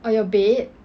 on your bed